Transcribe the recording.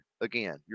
again